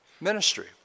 ministry